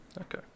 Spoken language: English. Okay